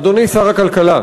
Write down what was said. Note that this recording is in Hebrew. אדוני שר הכלכלה,